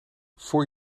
voor